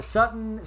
Sutton